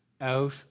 Out